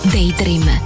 Daydream